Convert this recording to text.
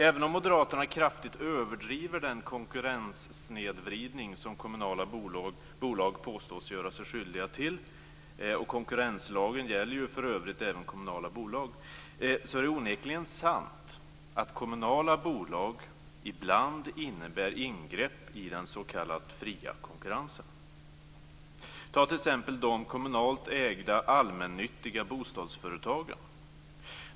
Även om moderaterna kraftigt överdriver den konkurrenssnedvridning som kommunala bolag påstås göra sig skyldiga till - konkurrenslagen gäller för övrigt även kommunala bolag - är det onekligen sant att kommunala bolag ibland innebär ingrepp i den s.k. fria konkurrensen. Ta t.ex. de kommunalt ägda, allmännyttiga bostadsföretagen.